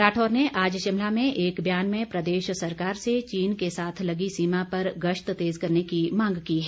राठौर ने आज शिमला में एक बयान में प्रदेश सरकार से चीन के साथ लगी सीमा पर गश्त तेज करने की मांग की है